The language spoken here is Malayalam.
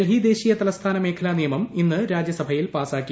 ഡൽഹി ദേശീയ തലസ്ഥാന മേഖലാനിയ്മം ഇന്ന് രാജ്യസഭയിൽ പാസാക്കി